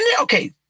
okay